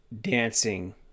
dancing